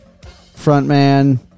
Frontman